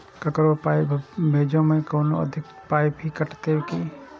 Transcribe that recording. ककरो पाय भेजै मे कोनो अधिक पाय भी कटतै की?